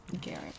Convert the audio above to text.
Garrett